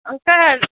अन्तर